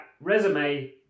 resume